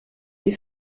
die